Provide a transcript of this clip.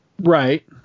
Right